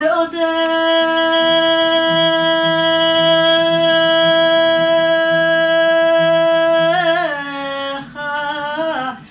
ואודך